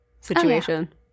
situation